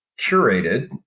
curated